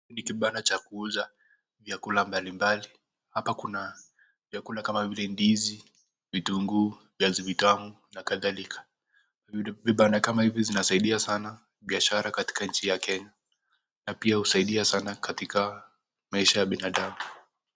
hiki nikibanda cha kuuza vyakula mbali mbali hapa kuna viakula kama vile ndizi vitungu, viavi vitamu na kadhalika, vibanda kama hivi vinasaidia sana biashara katika nchi ya kenya na pia usaidia sana katika mahisha ya binadamu.